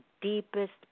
deepest